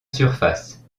surface